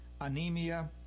anemia